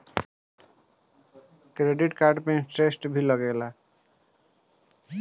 Credit card पे interest भी लागेला?